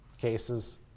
cases